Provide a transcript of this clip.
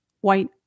white